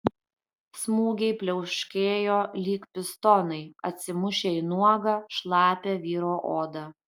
smūgiai pliaukšėjo lyg pistonai atsimušę į nuogą šlapią vyro odą